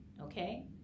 okay